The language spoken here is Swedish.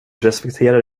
respekterar